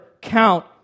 count